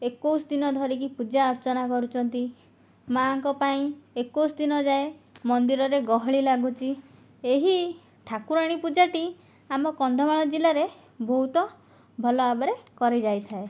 ଏକୋଇଶ ଦିନ ଧରିକି ପୂଜା ଅର୍ଚ୍ଚନା କରୁଛନ୍ତି ମା'ଙ୍କ ପାଇଁ ଏକୋଇଶ ଦିନ ଯାଏ ମନ୍ଦିରରେ ଗହଳି ଲାଗୁଛି ଏହି ଠାକୁରାଣୀ ପୂଜାଟି ଆମ କନ୍ଧମାଳ ଜିଲ୍ଲାରେ ବହୁତ ଭଲ ଭାବରେ କରାଯାଇଥାଏ